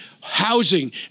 housing